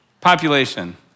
population